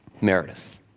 Meredith